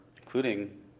including